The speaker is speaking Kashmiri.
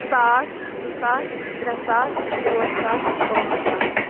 ساس زٕ ساس ترٛےٚ ساس ژور ساس پانٛژھ ساس